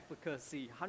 efficacy